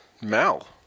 Mal